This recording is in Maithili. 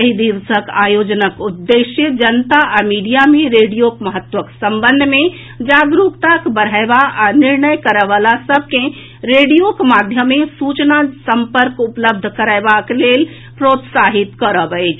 एहि दिवसक आयोजनक उद्देश्य जनता आ मीडिया मे रेडियोक महत्वक संबंध मे जागरूकताक बढ़यबा आ निर्णय करयवला सभ के रेडियोक माध्यमे सूचना सम्पर्क उपलब्ध करयबाक लेल प्रोत्साहित करब अछि